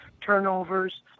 turnovers